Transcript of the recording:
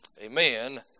Amen